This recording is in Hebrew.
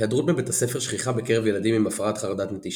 היעדרות מבית הספר שכיחה בקרב ילדים עם הפרעת חרדת נטישה,